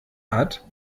hat